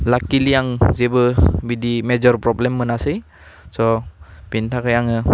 luckily आं जेबो बिदि मेजर प्रब्लेम मोनासै सह बेनि थाखाय आङो